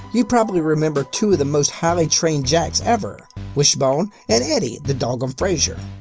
you probably remember two of the most highly trained jacks ever wishbone and eddie, the dog on frasier.